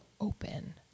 open